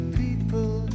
people